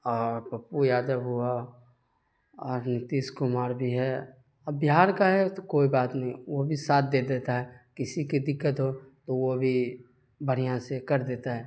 اور پپو یادو ہوا اور نتیش کمار بھی ہے اب بہار کا ہے تو کوئی بات نہیں وہ بھی ساتھ دے دیتا ہے کسی کے دقت ہو تو وہ بھی بڑھیاں سے کر دیتا ہے